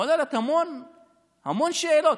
שהוא מעורר המון שאלות.